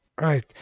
Right